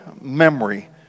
memory